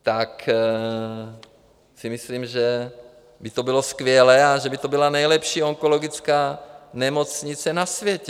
Tak si myslím, že by to bylo skvělé a že by to byla nejlepší onkologická nemocnice na světě.